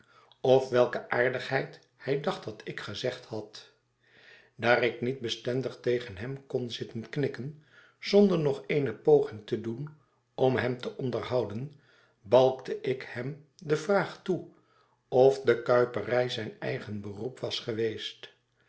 of welke aardigheid hij dacht dat ik gezegd had daar ik niet bestendig tegen hem kon zitten knikken zonder nog eene poging te doen om hem te onderhouden balkte ik hem de vraag toe of de kuiperij zijn eigen beroep was geweest